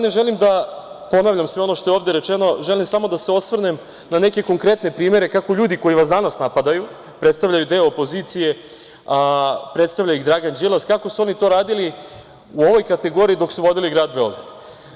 Ne želim da ponavljam sve ono što je ovde rečeno, želim samo da se osvrnem na neke konkretne primere kako ljudi koji vas danas napadaju predstavljaju deo opozicije, predstavlja ih Dragan Đilas, kako su oni to radili u ovoj kategoriji dok su vodili grad Beograd.